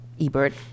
Ebert